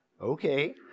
Okay